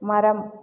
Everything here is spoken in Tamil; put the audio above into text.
மரம்